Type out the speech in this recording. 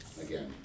again